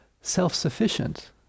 self-sufficient